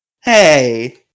Hey